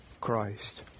Christ